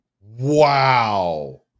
Wow